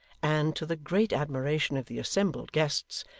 and, to the great admiration of the assembled guests,